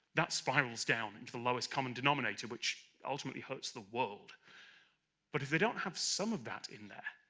that spirals down into the lowest common denominator, which ultimately hurts the world but if they don't have some of that in there,